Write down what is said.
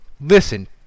listen